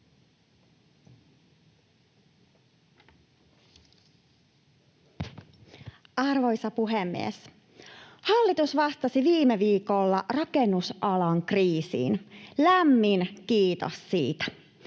Arvoisa puhemies! Hallitus vastasi viime viikolla rakennusalan kriisiin — lämmin kiitos siitä.